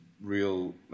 real